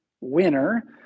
winner